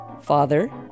Father